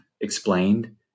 explained